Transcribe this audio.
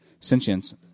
sentience